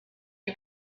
you